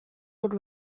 would